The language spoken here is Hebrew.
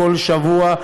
כל שבוע,